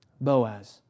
Boaz